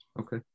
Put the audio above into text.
Okay